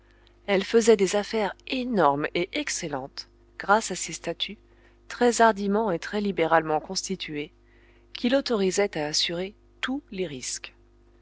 elle faisait des affaires énormes et excellentes grâce à ses statuts très hardiment et très libéralement constitués qui l'autorisaient à assurer tous les risques